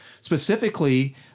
specifically